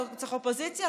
לא צריך אופוזיציה,